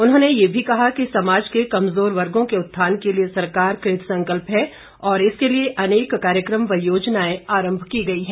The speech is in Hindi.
उन्होंने ये भी कहा कि समाज के कमजोर वर्गो के उत्थान के लिए सरकार कृतसंकल्प है और इसके लिए अनेक कार्यक्रम व योजनाएं आरंभ की गई है